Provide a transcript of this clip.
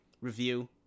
review